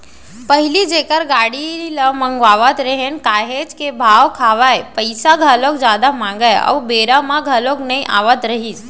पहिली जेखर गाड़ी ल मगावत रहेन काहेच के भाव खावय, पइसा घलोक जादा मांगय अउ बेरा म घलोक नइ आवत रहिस